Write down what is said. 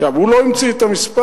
עכשיו, הוא לא המציא את המספר,